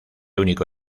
único